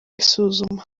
isuzuma